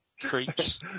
Creeps